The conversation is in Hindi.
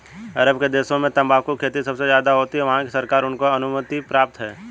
अरब के देशों में तंबाकू की खेती सबसे ज्यादा होती है वहाँ की सरकार से उनको अनुमति प्राप्त है